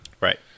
Right